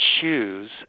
choose